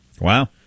Wow